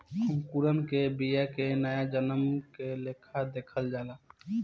अंकुरण के बिया के नया जन्म के लेखा देखल जाला